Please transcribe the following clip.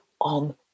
on